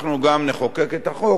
כשאנחנו גם נחוקק את החוק,